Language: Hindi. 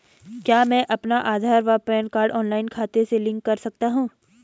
क्या मैं अपना आधार व पैन कार्ड ऑनलाइन खाते से लिंक कर सकता हूँ?